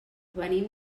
venim